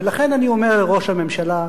ולכן אני אומר לראש הממשלה,